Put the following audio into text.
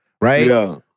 right